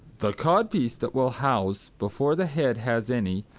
the codpiece that will house before the head has any,